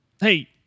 Hey